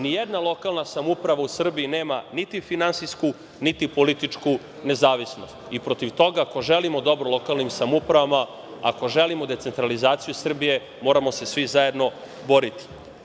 Ni jedna lokalna samouprava u Srbiji nema ni finansijsku, ni političku nezavisnost i protiv toga, ako želimo dobro lokalnim samoupravama, ako želimo decentralizaciju Srbije, moramo se svi zajedno boriti.